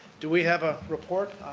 do we have a report